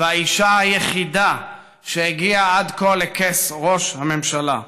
והאישה היחידה עד כה שהגיעה לכס ראש הממשלה.